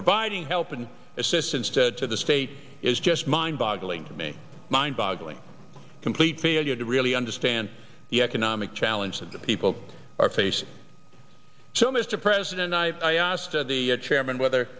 providing help and assistance to the state is just mind boggling to me mind boggling complete failure to really understand the economic challenge that the people are facing so mr president i asked of the chairman whether